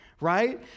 right